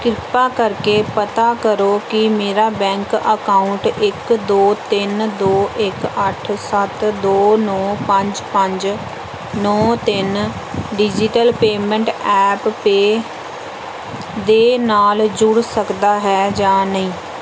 ਕ੍ਰਿਪਾ ਕਰਕੇ ਪਤਾ ਕਰੋ ਕਿ ਮੇਰਾ ਬੈਂਕ ਅਕਾਊਂਟ ਇੱਕ ਦੋ ਤਿੰਨ ਦੋ ਇੱਕ ਅੱਠ ਸੱਤ ਦੋ ਨੌਂ ਪੰਜ ਪੰਜ ਨੌਂ ਤਿੰਨ ਡਿਜ਼ੀਟਲ ਪੇਮੈਂਟ ਐਪ ਪੇ ਦੇ ਨਾਲ ਜੁੜ ਸਕਦਾ ਹੈ ਜਾਂ ਨਹੀਂ